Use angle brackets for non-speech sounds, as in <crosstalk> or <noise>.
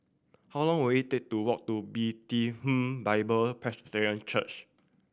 how long will it take to walk to <unintelligible> Bible Presbyterian Church